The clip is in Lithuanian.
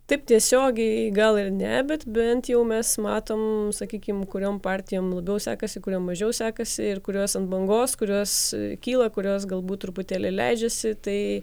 taip tiesiogiai gal ir ne bet bent jau mes matome sakykim kuriom partijom labiau sekasi kurie mažiau sekasi ir kurios ant bangos kurios kyla kurios galbūt truputėlį leidžiasi tai